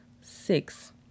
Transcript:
six